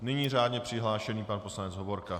Nyní řádně přihlášený pan poslanec Hovorka.